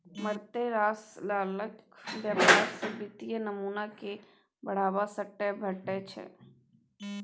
मारिते रास दलालक व्यवहार सँ वित्तीय नमूना कए बढ़ावा सेहो भेटै छै